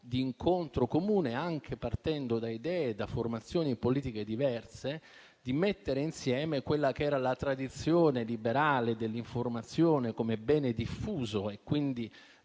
incontro comune, anche partendo da idee e formazioni politiche diverse: si parlava della tradizione liberale dell'informazione come bene diffuso, quindi da